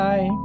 Bye